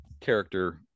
character